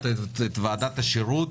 את ועדת השירות.